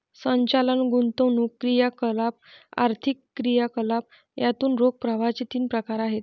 संचालन, गुंतवणूक क्रियाकलाप, आर्थिक क्रियाकलाप यातून रोख प्रवाहाचे तीन प्रकार आहेत